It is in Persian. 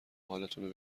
حالتونو